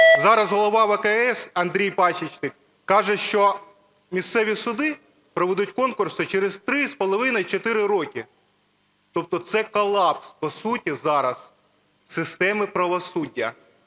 зараз Голова ВККС Андрій Пасічник каже, що місцеві суди проведуть конкурси через 3,5-4 роки. Тобто це колапс, по суті, зараз системи правосуддя.